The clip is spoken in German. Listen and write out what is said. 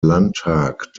landtag